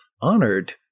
honored